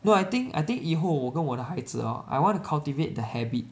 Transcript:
no I think I think 以后我跟我的孩子 hor I want to cultivate the habit